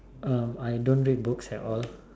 I don't read books at all